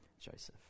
Joseph